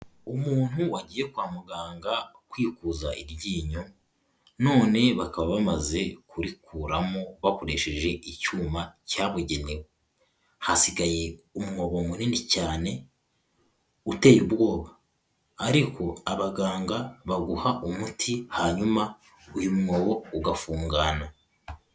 Umuntu wagiye kwa muganga kwikuza iryinyo none bakaba bamaze kurikuramo bakoresheje icyuma cyabugenewe. Hasigaye umwobo munini cyane uteye ubwoba. Ariko abaganga baguha umuti hanyuma uyu mwobo ugafungana.